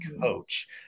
coach